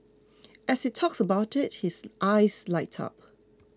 as he talks about it his eyes light up